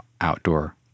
outdoor